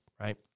right